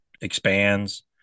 expands